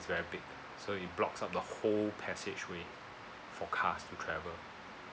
very big so it blocks up the whole passage way for cars to travel